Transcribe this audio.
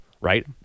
right